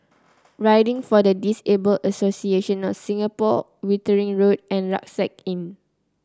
Riding for the Disabled Association of Singapore Wittering Road and Rucksack Inn